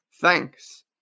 Thanks